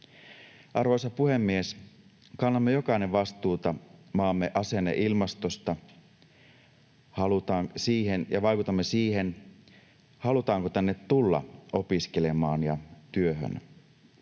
Arvoisa puhemies! Kannamme jokainen vastuuta maamme asenneilmastosta ja vaikutamme siihen, halutaanko tänne tulla opiskelemaan ja työhön.